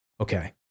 okay